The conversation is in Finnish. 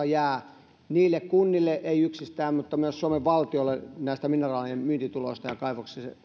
jää niille kunnille ei yksistään ja myös suomen valtiolle yhä suurempi osa näistä rahoista mineraalien myyntituloista ja kaivoksien